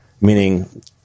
meaning